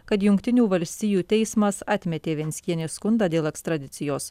kad jungtinių valstijų teismas atmetė venckienės skundą dėl ekstradicijos